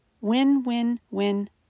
win-win-win